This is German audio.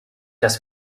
dass